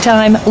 Time